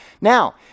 Now